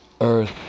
earth